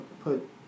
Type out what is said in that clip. put